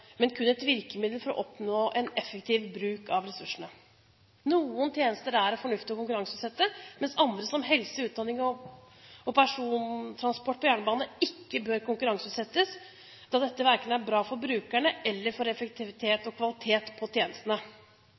men kun et virkemiddel for å oppnå en effektiv bruk av ressursene. Noen tjenester er det fornuftig å konkurranseutsette, mens andre – som helse, utdanning og persontransport på jernbane – ikke bør konkurranseutsettes, da dette verken er bra for brukerne eller for effektivitet og kvalitet på tjenestene.